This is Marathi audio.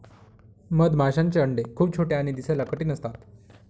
मधमाशांचे अंडे खूप छोटे आणि दिसायला कठीण असतात